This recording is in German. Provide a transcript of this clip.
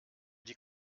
die